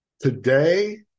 today